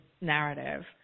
narrative